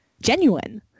genuine